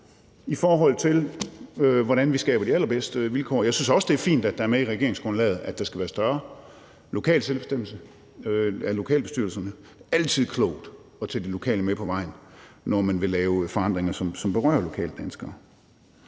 i forhold til hvordan vi skaber de allerbedste vilkår. Jeg synes også, det er fint, at det er med i regeringsgrundlaget, at der skal være større lokal selvbestemmelse, i lokalbestyrelserne. Det er altid klogt at tage de lokale med på vejen, når man vil lave forandringer, som berører lokale danskere.